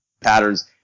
patterns